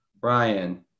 Brian